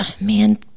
man